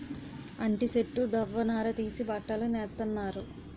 అంటి సెట్టు దవ్వ నార తీసి బట్టలు నేత్తన్నారు